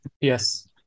Yes